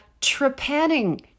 trepanning